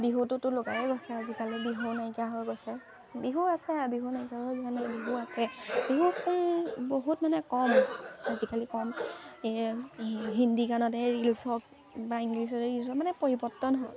বিহুটোতো লুকায়েই গৈছে আজিকালি বিহু নাইকিয়া হৈ গৈছে বিহু আছে বিহু নাইকিয়া হৈ যোৱা নাই বিহু আছে বিহু বহুত মানে কম আজিকালি কম এই হিন্দী গানতে ৰীলচ হওক বা ইংলিছতে ৰীলচ হওক মানে পৰিৱৰ্তন হ'ল